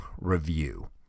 review